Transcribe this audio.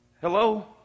Hello